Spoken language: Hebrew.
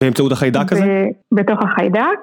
באמצעות החיידק הזה? בתוך החיידק.